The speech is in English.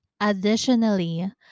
additionally